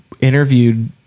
interviewed